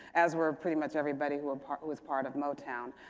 as were pretty much everybody who were part who was part of motown.